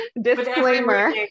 Disclaimer